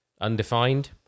undefined